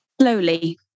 Slowly